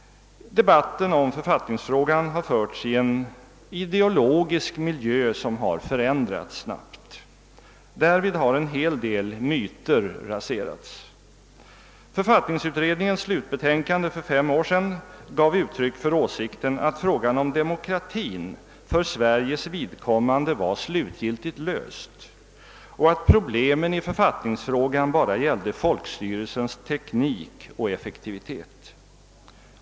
Debatten om författningsfrågan har förts i en ideologisk miljö som förändrats snabbt. Därvid har en hel del myter raserats. Författningsutredningens slutbetänkande för fem år sedan gav uttryck för åsikten att frågan om demokratin för Sveriges vidkommande var slutgiltigt löst och att problemen i författningsfrågan bara gällde folkstyrelsens teknik och effektivitet.